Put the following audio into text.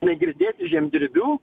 negirdėti žemdirbių